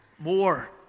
More